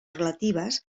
relatives